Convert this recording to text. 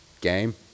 game